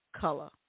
color